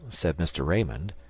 said mr. raymond,